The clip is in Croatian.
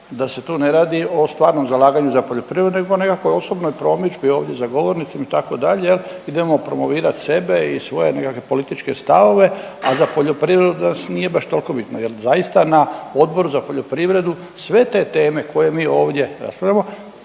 da se tu ne radi o stvarnom zalaganju za poljoprivredu nego o nekakvoj osobnoj promidžbi ovdje za govornicom itd. jel, idemo promovirat sebe i svoje nekakve političke stavove, a za poljoprivredu vas nije baš tolko bitno jel zaista na Odboru za poljoprivredu sve te teme koje mi ovdje raspravljamo